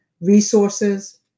resources